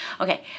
Okay